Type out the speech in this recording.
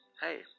hey